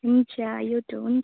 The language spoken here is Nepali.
हुन्छ यो टो हुन्